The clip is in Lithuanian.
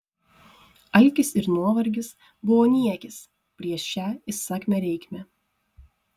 alkis ir nuovargis buvo niekis prieš šią įsakmią reikmę